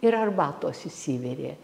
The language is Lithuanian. ir arbatos išsivirė